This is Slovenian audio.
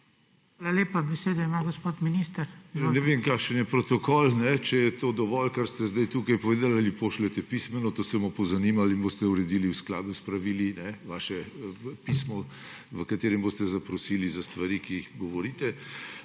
Hvala lepa. Besedo ima gospod minister. **DR. VASKO SIMONITI:** Ne vem, kakšen je protokol, če je to dovolj, kar ste sedaj tukaj povedali, ali pošljete pismeno. To se bomo pozanimali in boste uredili v skladu s pravili; vaše pismo, v katerem boste zaprosili za stvari, ki jih govorite.